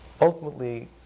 ultimately